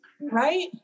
Right